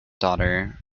daughter